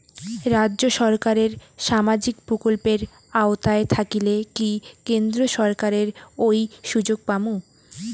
রাজ্য সরকারের সামাজিক প্রকল্পের আওতায় থাকিলে কি কেন্দ্র সরকারের ওই সুযোগ পামু?